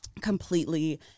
completely